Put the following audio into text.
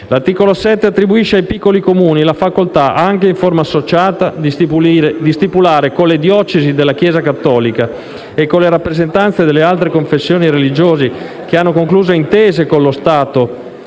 L'articolo 7 attribuisce ai piccoli Comuni la facoltà, anche in forma associata, di stipulare, con le diocesi della Chiesa cattolica e con le rappresentanze delle altre confessioni religiose che hanno concluso intese con lo Stato,